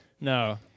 no